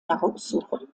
nahrungssuche